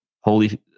Holy